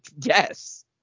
yes